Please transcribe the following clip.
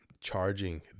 charging